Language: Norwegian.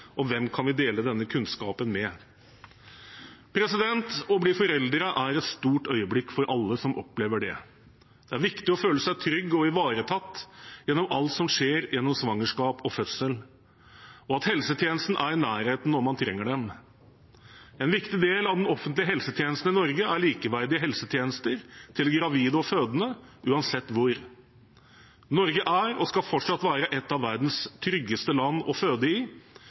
og hvem kan vi dele denne kunnskapen med? Å bli foreldre er et stort øyeblikk for alle som opplever det. Det er viktig å føle seg trygg og ivaretatt gjennom alt som skjer gjennom svangerskap og fødsel, og at helsetjenesten er i nærheten når man trenger den. En viktig del av den offentlige helsetjenesten i Norge er likeverdige helsetjenester til gravide og fødende – uansett hvor. Norge er og skal fortsatt være et av verdens tryggeste land å føde i,